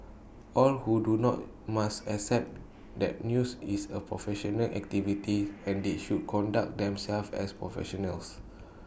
all who do not must accept that news is A professional activity and they should conduct themselves as professionals